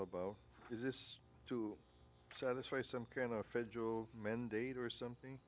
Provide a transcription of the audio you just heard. blow is this to satisfy some kind of federal mandate or something